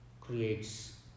creates